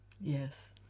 Yes